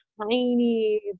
tiny